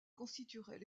constituerait